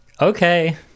okay